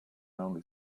only